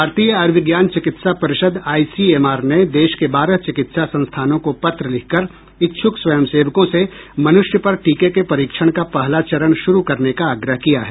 भारतीय आयुर्विज्ञान चिकित्सा परिषद आईसीएमआर ने देश के बारह चिकित्सा संस्थानों को पत्र लिखकर इच्छुक स्वंयसेवकों से मनुष्य पर टीके को परीक्षण का पहला चरण शुरू करने का आग्रह किया है